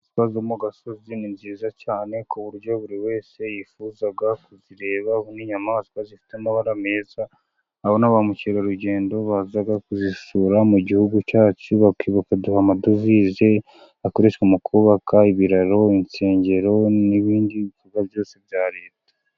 Inyamaswa zo mu gasozi ni nziza cyane ku buryo buri wese yifuza kuzireba, kuko ni inyamaswa zifite amabara meza, ba mukerarugendo baza kuzisura mu gihugu cyacu, bakaduha amadovize akoreshwa mu kubaka ibiraro insengero n'ibindi bikorwa byose bya leta.